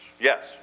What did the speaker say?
yes